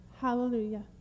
Hallelujah